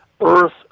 Earth